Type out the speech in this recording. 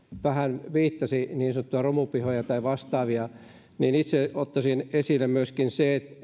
vähän viittasi niin sanottuihin romupihoihin tai vastaaviin itse ottaisin esille myöskin